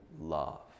love